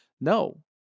No